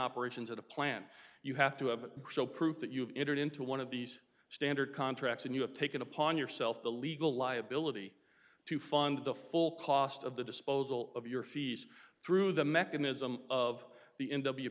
operations at a plant you have to have show proof that you've entered into one of these standard contracts and you have taken upon yourself the legal liability to fund the full cost of the disposal of your fees through the mechanism of the in w